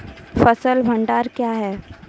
फसल भंडारण क्या हैं?